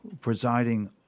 presiding